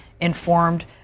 informed